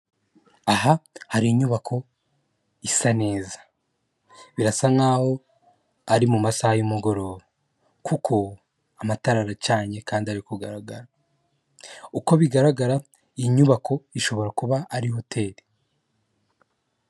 Aha hari inyubako isa neza, birasa nkaho ari mu masaha y'umugoroba kuko amatara aracanye kandi ari kugaragara, uko bigaragara iyi nyubako ishobora kuba ari hoteri.